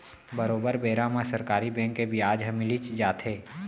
बरोबर बेरा म सरकारी बेंक के बियाज ह मिलीच जाथे